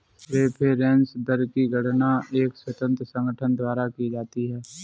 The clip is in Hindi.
रेफेरेंस दर की गणना एक स्वतंत्र संगठन द्वारा की जाती है